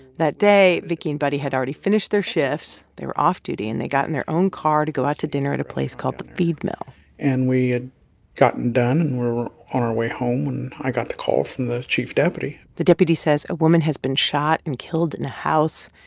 that day, vicky and buddy had already finished their shifts. they were off duty, and they got in their own car to go out to dinner at a place called the feed mill and we had gotten done, and we were on our way home when i got the call from the chief deputy the deputy says, a woman has been shot and killed in a house.